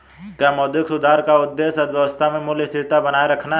क्या मौद्रिक सुधार का उद्देश्य अर्थव्यवस्था में मूल्य स्थिरता बनाए रखना है?